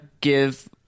give